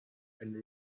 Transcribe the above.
and